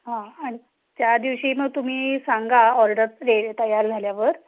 हां आणि त्या दिवशी मग तुम्ही सांगा ऑर्डर रे तयार झाल्यावर